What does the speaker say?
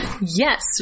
Yes